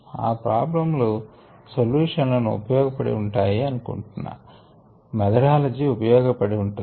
ఆ ప్రాబ్లమ్ ల సొల్యూషన్ లు ఉపయోగపడి ఉంటాయి అనుకుంటున్నాను మెథడాలజీ ఉపయోగ పది ఉంటుంది